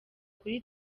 kuri